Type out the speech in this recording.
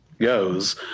goes